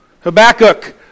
Habakkuk